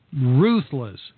ruthless